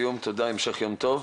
המשך יום טוב.